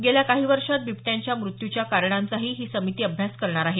गेल्या काही वर्षात बिबट्यांच्या मृत्यूच्या कारणांचाही ही समिती अभ्यास करणार आहे